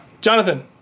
Jonathan